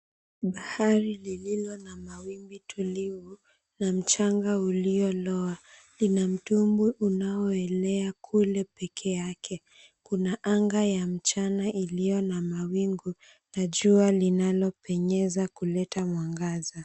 Bahari lililo na mawimbi tulivu na mchanga ulioloa. Ina mtumbwi unaoelea kule peke yake. Kuna anga ya mchana iliyo na mawingu na jua linalopenyeza kuleta mwangaza.